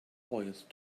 voice